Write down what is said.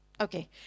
okay